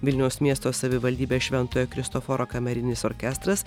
vilniaus miesto savivaldybės šventojo kristoforo kamerinis orkestras